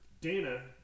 Dana